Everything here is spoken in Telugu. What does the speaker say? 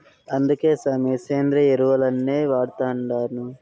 అందుకే సామీ, సేంద్రియ ఎరువుల్నే వాడతండాను